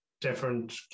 different